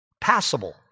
Passable